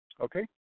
Okay